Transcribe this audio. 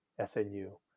SNU